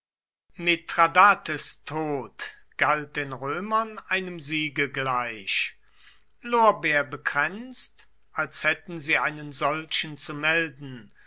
mithradates tod galt den römern einem siege gleich lorbeerbekränzt als hätten sie einen solchen zu melden